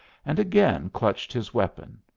and again clutched his weapon.